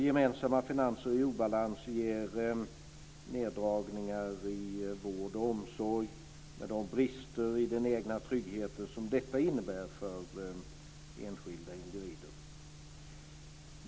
Gemensamma finanser i obalans ger neddragningar inom vård och omsorg, med de brister i den egna tryggheten som detta innebär för enskilda individer.